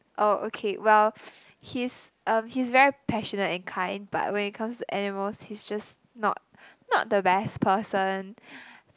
oh okay well he's um he's very passionate and kind but when it comes to animals he's just not not the best person